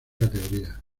categoría